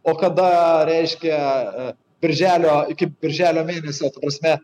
o kada reiškia birželio iki birželio mėnesio prasme